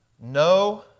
No